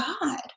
God